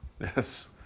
yes